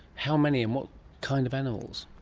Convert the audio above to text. how many? and what kind of animals?